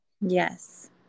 yes